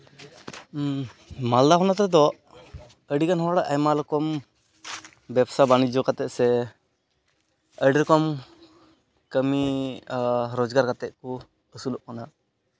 ᱢᱟᱞᱫᱟ ᱦᱚᱱᱚᱛ ᱨᱮᱫᱚ ᱟᱹᱰᱤᱜᱟᱱ ᱦᱚᱲᱟᱜ ᱟᱭᱢᱟ ᱨᱚᱠᱚᱢ ᱵᱮᱵᱽᱥᱟ ᱵᱟᱹᱱᱤᱡᱡᱚ ᱠᱟᱛᱮᱫ ᱥᱮ ᱟᱹᱰᱤ ᱨᱚᱠᱚᱢ ᱠᱟᱹᱢᱤ ᱨᱳᱡᱽᱜᱟᱨ ᱠᱟᱛᱮᱫ ᱠᱚ ᱟᱹᱥᱩᱞᱚᱜ ᱠᱟᱱᱟ